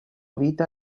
vita